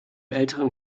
älteren